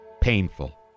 painful